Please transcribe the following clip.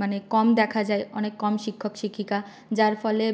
মানে কম দেখা যায় অনেক কম শিক্ষক শিক্ষিকা যার ফলে